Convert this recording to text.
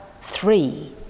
three